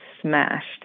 smashed